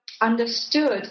understood